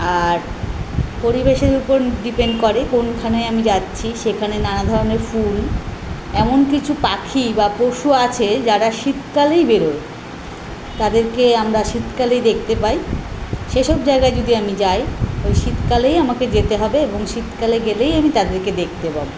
আর পরিবেশের উপর ডিপেন্ড করে কোনখানে আমি যাচ্ছি সেখানে নানা ধরনের ফুল এমন কিছু পাখি বা পশু আছে যারা শীতকালেই বেরোয় তাদেরকে আমরা শীতকালেই দেখতে পাই সেসব জায়গায় যদি আমি যাই ওই শীতকালেই আমাকে যেতে হবে এবং শীতকালে গেলেই আমি তাদেরকে দেখতে পাব